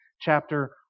chapter